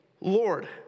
Lord